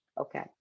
Okay